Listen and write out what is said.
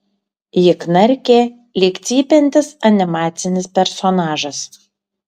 ji knarkė lyg cypiantis animacinis personažas